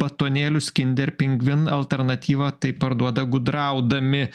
batonėlius kinder pingvin alternatyva taip parduoda gudraudami